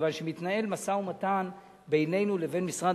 מכיוון שמתנהל משא-ומתן בינינו לבין משרד